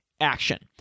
action